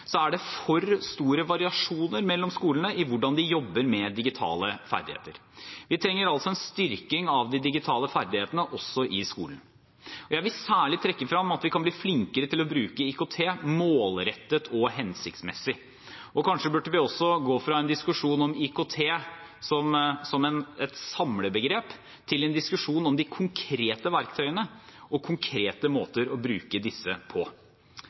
er det for store variasjoner mellom skolene i hvordan de jobber med digitale ferdigheter. Vi trenger altså en styrking av de digitale ferdighetene også i skolen. Jeg vil særlig trekke frem at vi kan bli flinkere til å bruke IKT målrettet og hensiktsmessig. Kanskje burde vi også gå fra en diskusjon om IKT som et samlebegrep til en diskusjon om de konkrete verktøyene og konkrete måter å bruke disse på.